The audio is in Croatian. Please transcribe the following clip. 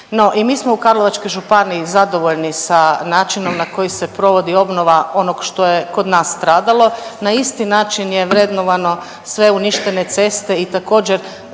No i mi smo u Karlovačkoj županiji zadovoljni sa načinom na koji se provodi obnova onog što je kod nas stradalo, na isti način je vrednovano sve uništene ceste i također